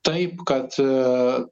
taip kad